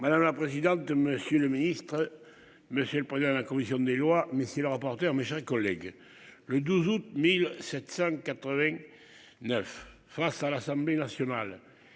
Madame la présidente, monsieur le ministre. Monsieur le président de la commission des lois, mais si le rapporteur mais j'ai un collègue le 12 août 1789 face à l'Assemblée nationale